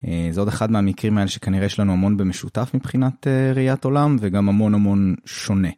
זה עוד אחד מהמקרים האלה שכנראה יש לנו המון במשותף מבחינת ראיית עולם וגם המון המון שונה.